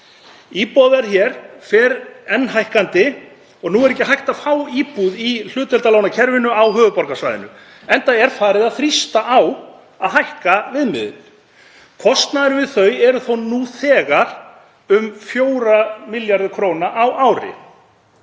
Íbúðaverð hér fer enn hækkandi og nú er ekki hægt að fá íbúð í hlutdeildarlánakerfinu á höfuðborgarsvæðinu, enda er farið að þrýsta á að hækka viðmiðin. Kostnaðurinn við þau er þó nú þegar um 4 milljarðar kr. á ári.